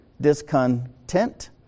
Discontent